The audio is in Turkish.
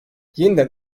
yeniden